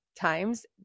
times